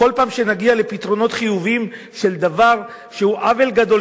כל פעם שנגיע לפתרונות חיוביים של דבר שהוא עוול גדול,